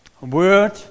word